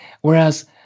whereas